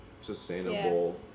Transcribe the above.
sustainable